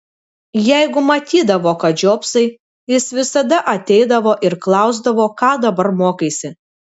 jeigu matydavo kad žiopsai jis visada ateidavo ir klausdavo ką dabar mokaisi